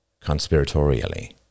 conspiratorially